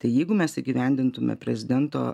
tai jeigu mes įgyvendintume prezidento